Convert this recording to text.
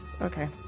Okay